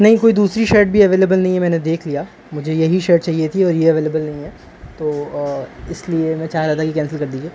نہیں کوئی دوسری شرٹ بھی اویلیبل نہیں ہے میں نے دیکھ لیا مجھے یہی شرٹ چاہیے تھی اور یہ اویلیبل نہیں ہے تو اس لیے میں چاہ رہا تھا کہ کینسل کر دیجیے